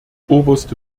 oberste